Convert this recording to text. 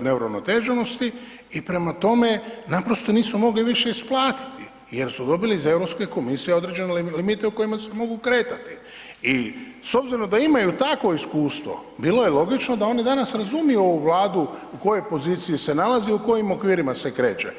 neuravnoteženosti i prema tome, naprosto nisu mogli više isplatiti jer su dobili za EU komisije određene limite u kojima se mogu kretati i s obzirom da imaju takvo iskustvo bilo je logično da oni danas razumiju ovu Vladu u kojoj poziciji se nalazi, u kojim okvirima se kreće.